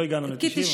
לא הגענו ל-90.